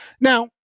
Now